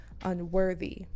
unworthy